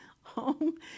home